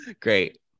Great